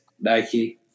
Nike